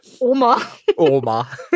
Oma